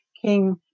King